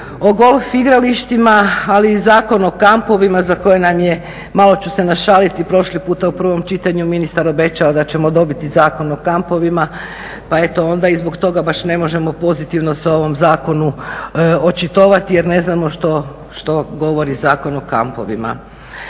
o golf igralištima, ali i Zakon o kampovima za koje nam je malo ću se našaliti prošli puta u prvom čitanju ministar obećao da ćemo dobiti Zakon o kampovima. Pa eto onda i zbog toga baš ne možemo pozitivno se ovom zakonu očitovati jer ne znamo što govori Zakon o kampovima.